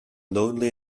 lonely